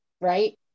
Right